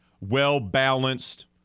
Well-balanced